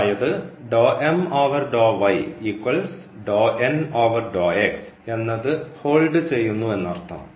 അതായത് എന്നത് ഹോൾഡ് ചെയ്യുന്നു എന്നർത്ഥം